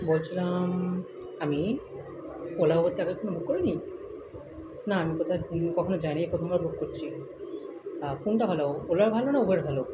বলছিলাম আমি ওলা উবরটা আগে এখন বুক করে নিই না আমি কোথাও কখনো যাইনি এই প্রথমবার বুক করছি কোনটা ভালো ওলা ভালো না উবর ভালো